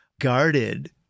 guarded